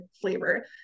flavor